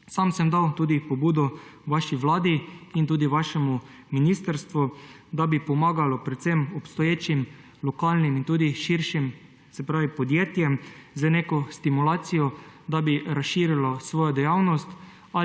Sam sem dal tudi pobudo vaši vladi in vašemu ministrstvu, da bi pomagalo predvsem obstoječim lokalnim in tudi širšim podjetjem z neko stimulacijo, da bi razširila svojo dejavnost